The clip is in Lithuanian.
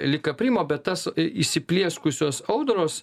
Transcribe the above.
lyg aprimo bet tas įsiplieskusios audros